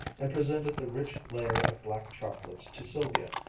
and presented the rich layer of black chocolates to sylvia.